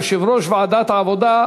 יושב-ראש ועדת העבודה,